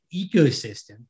ecosystem